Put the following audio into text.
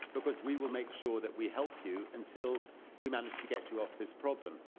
because we will make sure that we help you until we manage to get you off this problem.